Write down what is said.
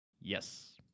yes